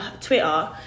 Twitter